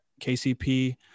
KCP